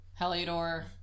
Heliodor